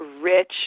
rich